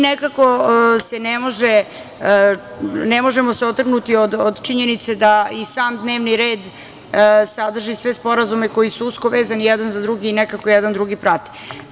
Nekako se ne možemo otrgnuti od činjenice da i sam dnevni red sadrži sve sporazume koji su usko vezani jedan za drugi i nekako jedan drugi prate.